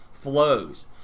flows